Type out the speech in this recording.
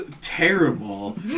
terrible